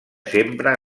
sempre